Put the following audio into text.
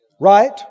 right